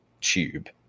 tube